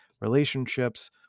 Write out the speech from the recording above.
relationships